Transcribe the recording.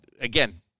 again